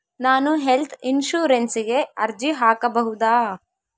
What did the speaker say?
ನಾನು ಹೆಲ್ತ್ ಇನ್ಶೂರೆನ್ಸಿಗೆ ಅರ್ಜಿ ಹಾಕಬಹುದಾ?